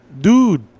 dude